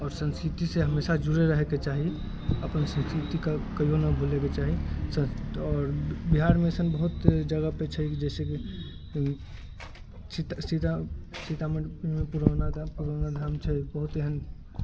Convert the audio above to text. आओर संस्कृतिसँ हमेशा जुड़ल रहैके चाही अपन संस्कृतिके कहिओ नहि भुलैके चाही संस आओर बिहारमे अइसन बहुत जगहपर छै जइसेकि सीतामढ़ीमे पुरौना धाम पुरौना धाम छै बहुत एहन